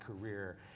career